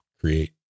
create